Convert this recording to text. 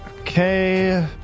Okay